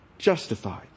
Justified